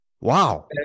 Wow